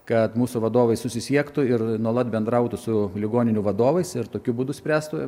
kad mūsų vadovai susisiektų ir nuolat bendrautų su ligoninių vadovais ir tokiu būdu spręstų